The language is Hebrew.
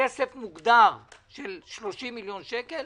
כסף מוגדר של 30 מיליון שקל,